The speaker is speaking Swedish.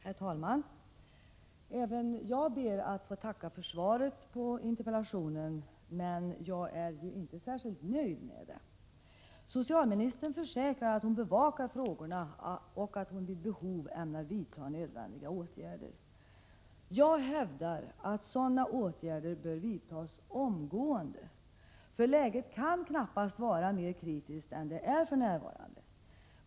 Herr talman! Även jag ber att få tacka för svaret på interpellationerna. Men jag är inte särskilt nöjd med det. Socialministern försäkrar att hon bevakar frågorna och att hon vid behov ämnar vidta nödvändiga åtgärder. Jag hävdar att sådana åtgärder bör vidtas omgående. Läget kan knappast vara mer kritiskt än det är för närvarande.